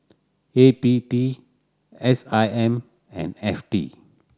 A P D S I M and F T